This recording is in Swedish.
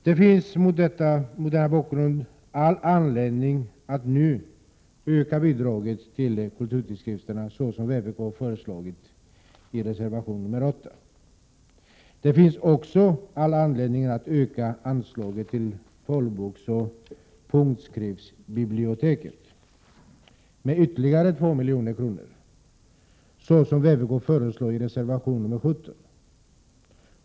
Det finns mot denna bakgrund all anledning att nu öka bidraget till kulturtidskrifterna, såsom vpk har föreslagit i reservation nr 8. Det finns också all anledning att öka anslaget till Talboksoch punktskriftsbiblioteket med ytterligare 2 milj.kr., såsom vpk föreslår i reservation nr 17.